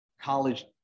college